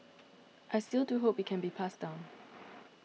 I still do hope it can be passed down